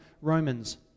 Romans